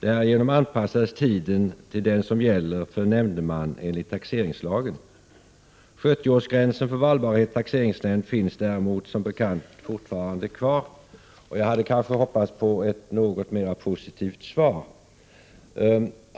Därigenom anpassades tiden till den som gäller för nämndeman enligt taxeringslagen. 70-årsgränsen för valbarhet som ledamot i taxeringsnämnd finns däremot, som bekant, fortfarande kvar. Jag hade hoppats på ett något mer positivt svar.